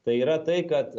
tai yra tai kad